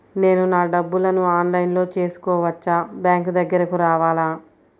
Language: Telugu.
నేను నా డబ్బులను ఆన్లైన్లో చేసుకోవచ్చా? బ్యాంక్ దగ్గరకు రావాలా?